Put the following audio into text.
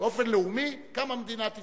באופן לאומי קמה מדינת ישראל.